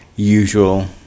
usual